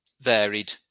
varied